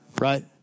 right